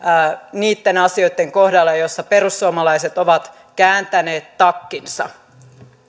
niitten asioitten kohdalla joissa perussuomalaiset ovat kääntäneet takkinsa